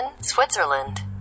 Switzerland